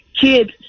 kids